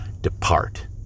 Depart